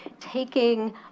taking